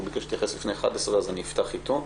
הוא ביקש להתייחס לפני השעה 11:00, אז נפתח איתו.